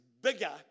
bigger